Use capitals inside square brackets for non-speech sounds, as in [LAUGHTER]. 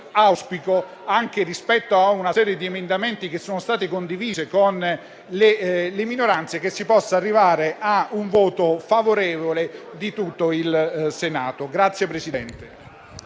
quindi, anche rispetto a una serie di emendamenti che sono stati condivisi con le minoranze, che si possa arrivare a un voto favorevole di tutto il Senato. [APPLAUSE]